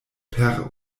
per